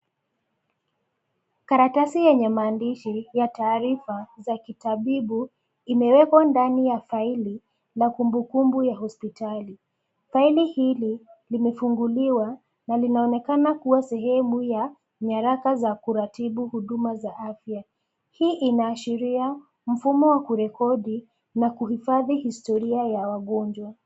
Karatasi yenye maandishi ya taarifa za kitabibu imewekwa ndani ya faili na kumbukumbu ya hospitali. Faili hili, limefunguliwa na linaonekana kuwa sehemu ya nyaraka za kuratibu huduma za afya. Hii inaashiria mfumo wa kurekodi na kuhifadhi historia ya wagonjwa.